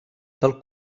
del